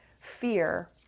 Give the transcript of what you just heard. fear